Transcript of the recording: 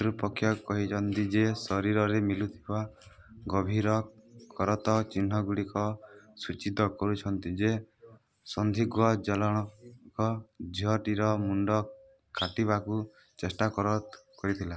କର୍ତ୍ତୃପକ୍ଷ କହିଛନ୍ତି ଯେ ଶରୀରରେ ମିଳିଥିବା ଗଭୀର କରତ ଚିହ୍ନଗୁଡ଼ିକ ସୂଚିତ କରୁଛନ୍ତି ଯେ ସନ୍ଦିଗ୍ଧଜଣକ ଝିଅଟିର ମୁଣ୍ଡ କାଟିବାକୁ ଚେଷ୍ଟା କରିଥିଲା